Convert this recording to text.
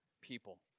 people